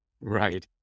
Right